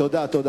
תודה.